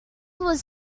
was